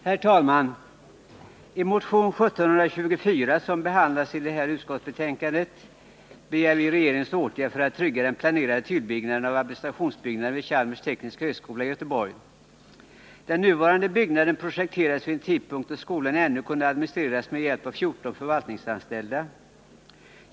Herr talman! I motion 1724, som behandlas i det här utskottsbetänkandet, | begär vi regeringens åtgärd för att trygga den planerade tillbyggnaden av administrationsbyggnaden vid Chalmers tekniska högskola i Göteborg. Den nuvarande byggnaden projekterades vid en tidpunkt då skolan ännu kunde administreras med hjälp av 14 förvaltningsanställda.